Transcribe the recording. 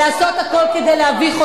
תתביישו